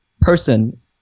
person